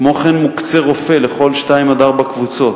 כמו כן, מוקצה רופא לכל 2 4 קבוצות.